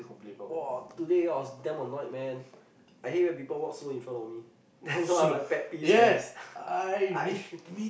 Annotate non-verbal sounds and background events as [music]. !wah! today I was damn annoyed man I hate when people walk slow in front of me that's one of my pet peeves [laughs] man I sh~